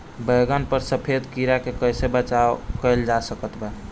बैगन पर सफेद कीड़ा से कैसे बचाव कैल जा सकत बा?